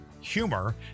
Humor